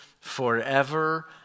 forever